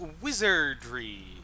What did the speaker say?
Wizardry